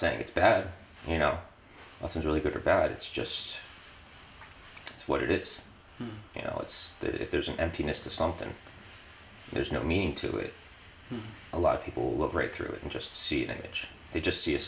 saying it's bad you know things really good or bad it's just what it is you know it's that if there's an emptiness to something there's no meaning to it a lot of people look right through it and just see an image they just see a